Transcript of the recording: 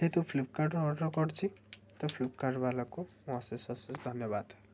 ଯେହେତୁ ଫ୍ଲିପକାର୍ଟରୁ ଅର୍ଡର୍ କରିଛି ତ ଫ୍ଲିପକାର୍ଟ ବାଲାକୁ ମୁଁ ଅଶେଷ ଅଶେଷ ଧନ୍ୟବାଦ